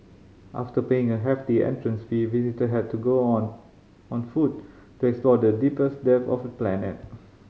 after paying a hefty entrance fee visitor had to go on on foot to explore the deepest depth of the planet